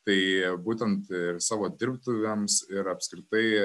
tai būtent ir savo dirbtuvėms ir apskritai